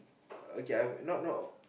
okay I'm not not